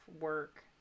work